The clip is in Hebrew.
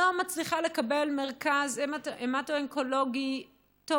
לא מצליחה לקבל מרכז המטו-אונקולוגי טוב